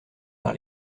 par